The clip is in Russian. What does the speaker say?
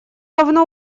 давно